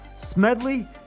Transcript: Smedley